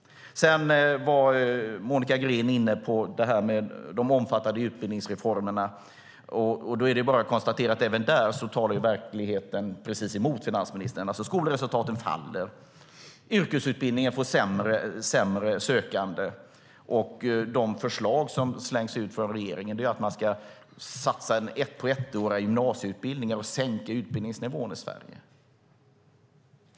Monica Green var inne på de omfattande utbildningsreformerna. Då är det bara att konstatera att även där talar verkligheten precis emot finansministern. Skolresultaten faller. Yrkesutbildningen får sämre sökande. De förslag som slängs ut från regeringen är att man ska satsa på ettåriga gymnasieutbildningar och sänka utbildningsnivån i Sverige.